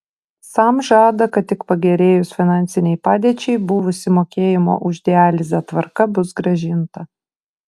sam žada kad tik pagerėjus finansinei padėčiai buvusi mokėjimo už dializę tvarka bus grąžinta